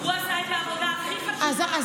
הוא עשה את העבודה הכי חשובה.